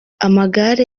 amagare